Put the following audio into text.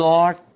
Lord